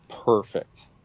perfect